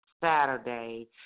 Saturday